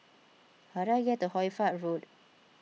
how do I get to Hoy Fatt Road